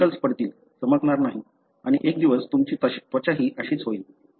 wrinkles पडतील चमकणार नाही आणि एक दिवस तुमची त्वचाही अशी होईल